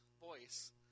voice